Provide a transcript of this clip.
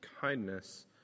kindness